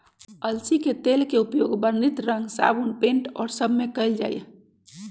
अलसी के तेल के उपयोग वर्णित रंग साबुन पेंट और सब में कइल जाहई